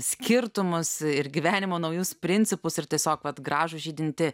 skirtumus ir gyvenimo naujus principus ir tiesiog vat gražų žydintį